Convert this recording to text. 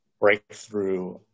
breakthrough